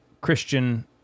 Christian